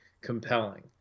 compelling